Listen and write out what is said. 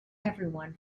everyone